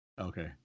okay